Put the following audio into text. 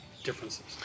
differences